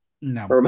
No